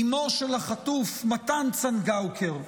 אימו של החטוף מתן צנגאוקר,